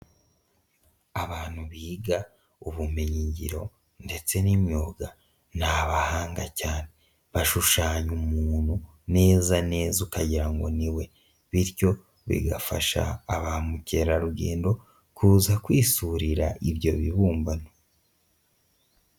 Abantu biga ubumenyingiro ndetse n'imyuga ni abahanga cyane bashushanya umuntu neza neza ukagira ngo ni we bityo bigafasha ba mukerarugendo kuza kwisurira ibyo bibumbano.